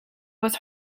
was